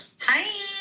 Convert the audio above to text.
Hi